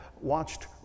watched